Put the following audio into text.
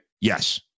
yes